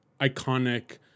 iconic